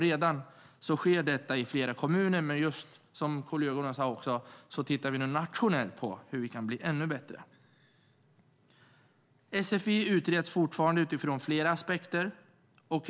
Det sker redan i flera kommuner, och som kollegerna sagt tittar vi nu nationellt på hur vi kan bli ännu bättre. Sfi utreds fortfarande utifrån flera aspekter.